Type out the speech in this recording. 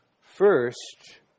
First